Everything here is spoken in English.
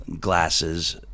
glasses